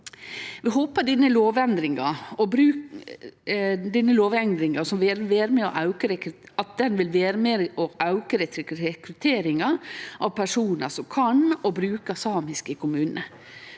Vi håper at denne lovendringa vil vere med og auke rekrutteringa av personar som kan og bruker samisk i kommunane.